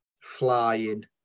flying